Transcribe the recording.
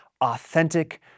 authentic